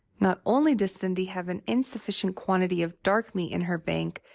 not only does cindy have an insufficient quantity of dark meat in her bank,